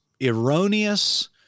erroneous